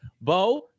Bo